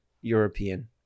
european